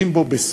אין בו בשורה,